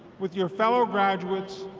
with your fellow graduates,